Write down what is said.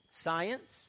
science